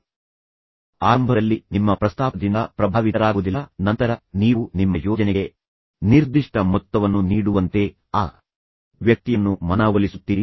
ಆದ್ದರಿಂದ ಆರಂಭದಲ್ಲಿ ಯಾರಾದರೂ ನಿಮ್ಮ ಪ್ರಸ್ತಾಪದಿಂದ ಪ್ರಭಾವಿತರಾಗುವುದಿಲ್ಲ ಆದರೆ ನಂತರ ನೀವು ನಿಮ್ಮ ಯೋಜನೆಗೆ ನಿರ್ದಿಷ್ಟ ಮೊತ್ತವನ್ನು ನೀಡುವಂತೆ ಆ ವ್ಯಕ್ತಿಯನ್ನು ಮನವೊಲಿಸುತ್ತೀರಿ